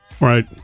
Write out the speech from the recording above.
Right